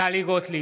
טלי גוטליב,